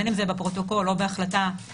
בין אם זה בפרוטוקול או בהחלטה נפרדת,